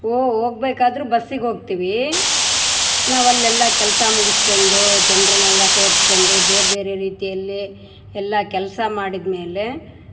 ಓ ಹೋಗ್ಬೇಕಾದ್ರು ಬಸ್ಸಿಗೆ ಹೋಗ್ತೀವಿ ನಾವು ಅಲ್ಲೆಲ್ಲ ಕೆಲಸ ಮುಗಿಸ್ಕ್ಯಂಡು ಜನರನೆಲ್ಲ ಸೆರ್ಸ್ಕೊಂಡು ಬೇರೆ ಬೇರೆ ರೀತಿಯಲ್ಲಿ ಎಲ್ಲ ಕೆಲಸ ಮಾಡಿದ ಮೇಲೆ